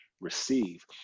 receive